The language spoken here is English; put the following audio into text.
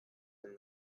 him